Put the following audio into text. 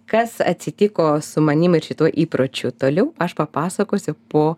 kas atsitiko su manimi ir šituo įpročiu toliau aš papasakosiu po